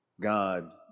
god